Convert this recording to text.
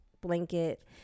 blanket